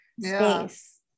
space